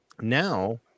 now